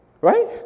right